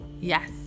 yes